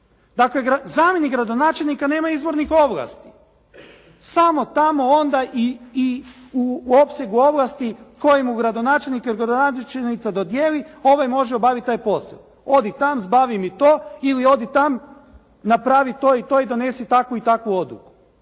Dakle zamjenik gradonačelnika nema izvornih ovlasti. Samo tamo onda i u opsegu ovlasti koje mu gradonačelnik ili gradonačelnica dodijeli ovaj može obaviti taj posao. Odi tam, zbavi mi to ili odi tam napravi to i to i donesi takvu i takvu odluku.